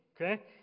Okay